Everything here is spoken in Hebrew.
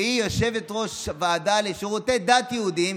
שהיא יושבת-ראש הוועדה לשירותי דת יהודיים,